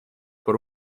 por